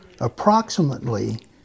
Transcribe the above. approximately